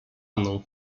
mną